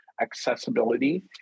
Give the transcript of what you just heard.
accessibility